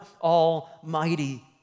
Almighty